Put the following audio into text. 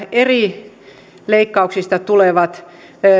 eri leikkauksista tulevat